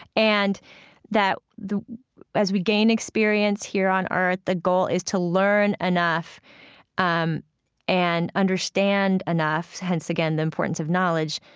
and that as we gain experience here on earth, the goal is to learn enough um and understand enough, hence again the importance of knowledge,